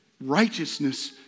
righteousness